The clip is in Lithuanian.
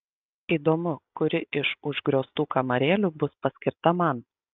įdomu kuri iš užgrioztų kamarėlių bus paskirta man